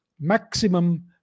maximum